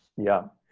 yeah,